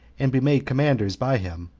and be made commanders by him,